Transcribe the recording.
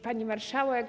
Pani Marszałek!